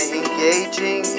engaging